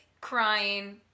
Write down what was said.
crying